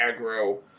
aggro